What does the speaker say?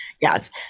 Yes